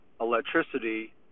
electricity